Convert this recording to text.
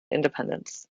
independence